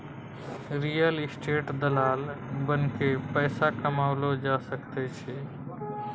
real estate दलाल बनिकए पैसा कमाओल जा सकैत छै